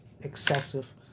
excessive